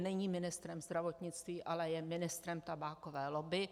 Není ministrem zdravotnictví, ale je ministrem tabákové lobby.